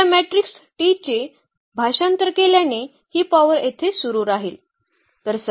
या matrix T चे भाषांतर केल्याने ही पॉवर येथे सुरू राहील